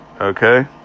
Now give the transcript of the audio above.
Okay